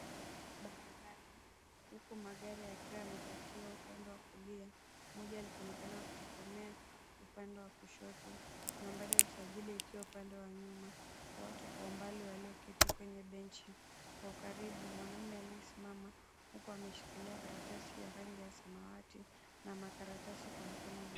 Barabara, huku magari yakiwa yamepakiwa upande wa kulia, moja likionekana kutokomea upande wa kushoto. Nambari ya usajili ikiwa pande wa nyuma. Watu kwa umbali walioketi kwenye benchi . Kwa ukaribu mwanamume aliyesimama huku ameshikilia karatasi ya rangi ya samawati na makaratisi kwa mkono mwingine.